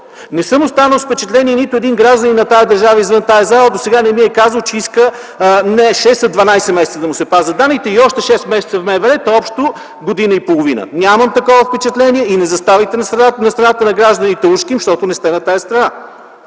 Не съм останал с впечатление и нито един гражданин на тази държава извън залата не ми е казвал, че иска не 6, а 12 месеца да му се пазят данните и още 6 месеца в МВР, та общо става година и половина. Нямам такова впечатление. Не заставайте на страната на гражданите, защото не сте на тази страна!